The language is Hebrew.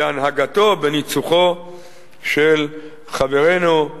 בהנהגתו ובניצוחו של חברנו,